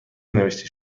نوشته